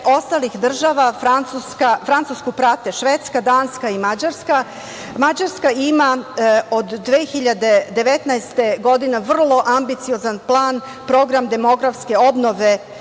ostalih država, Francusku prate Švedska, Danska i Mađarska. Mađarska ima od 2019. godine vrlo ambiciozan plan, program demografske obnove